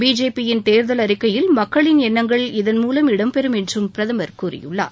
பிஜேபியின் தேர்தல் அறிக்கையில் மக்களின் எண்ணங்கள் இதன்மூலம் இடம்பெறும் என்றும் பிரதமர் கூறியுள்ளார்